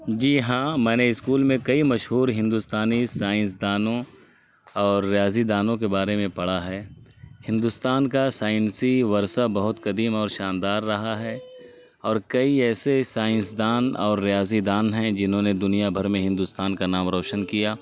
جی ہاں میں نے اسکول میں کئی مشہور ہندوستانی سائنسدانوں اور ریاضی دانوں کے بارے میں پڑھا ہے ہندوستان کا سائنسی ورثہ بہت قدیم اور شاندار رہا ہے اور کئی ایسے سائنسدان اور ریاضی دان ہیں جنہوں نے دنیا بھر میں ہندوستان کا نام روشن کیا